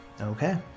Okay